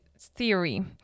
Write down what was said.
Theory